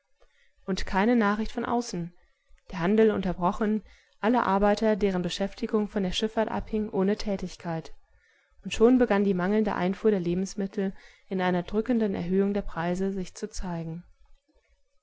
und keine nachricht von außen der handel unterbrochen alle arbeiter deren beschäftigung von der schiffahrt abhing ohne tätigkeit und schon begann die mangelnde einfuhr der lebensmittel in einer drückenden erhöhung der preise sich zu zeigen